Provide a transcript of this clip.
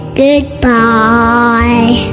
goodbye